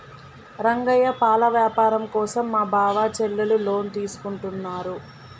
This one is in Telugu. రంగయ్య పాల వ్యాపారం కోసం మా బావ చెల్లెలు లోన్ తీసుకుంటున్నారు